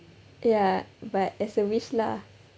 ya but as a wish lah